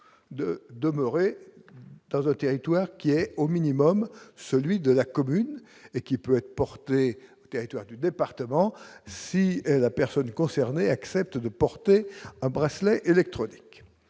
de demeurer dans un territoire qui est au minimum, celui de la commune et qui peut être portée territoire du département si la personne concernée accepte de porter un bracelet électronique,